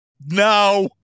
No